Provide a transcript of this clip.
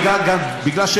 למה צריך,